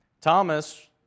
Thomas